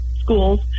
schools